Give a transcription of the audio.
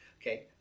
Okay